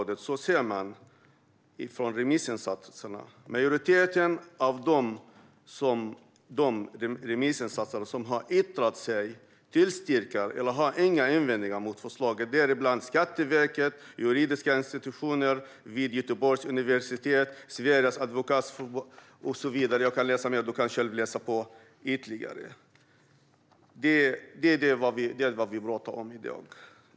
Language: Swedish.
Det andra är att majoriteten av de remissinstanser som har yttrat sig tillstyrker förslaget eller inte har några invändningar mot det, däribland Skatteverket, Juridiska institutionen vid Göteborgs universitet, Sveriges advokatsamfund och så vidare. Jag skulle kunna läsa upp mer, och Jörgen Warborn kan själv läsa på ytterligare. Detta är vad vi pratar om i dag.